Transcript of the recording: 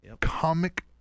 Comic